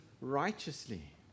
righteously